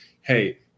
hey